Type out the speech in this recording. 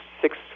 six